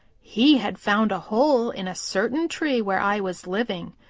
he had found a hole in a certain tree where i was living,